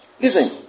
Listen